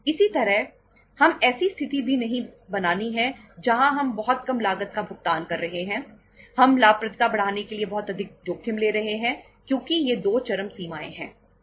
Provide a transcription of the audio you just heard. इसी तरह हम ऐसी स्थिति भी नहीं बनानी है जहां हम बहुत कम लागत का भुगतान कर रहे हैं हम लाभप्रदता बढ़ाने के लिए बहुत अधिक जोखिम ले रहे हैं क्योंकि ये 2 चरम सीमाएं हैं